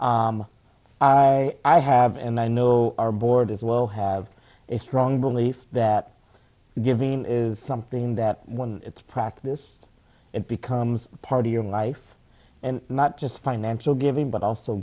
i i have and i know our board as well have a strong belief that giving is something that when it's practice it becomes a part of your life and not just financial giving but also